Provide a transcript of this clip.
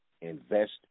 invest